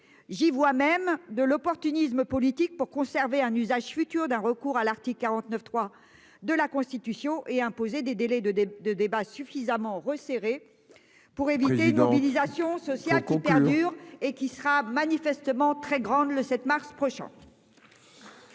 J'y vois même de l'opportunisme politique pour conserver un usage futur d'un recours à l'article 49.3. De la Constitution et imposer des délais de dépôt de débats suffisamment resserré. Pour éviter une mobilisation sociale copains dur et qui sera manifestement très grande le 7 mars prochain.